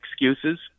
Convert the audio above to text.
excuses